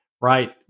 right